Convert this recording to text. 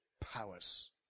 powers